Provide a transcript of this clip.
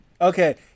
Okay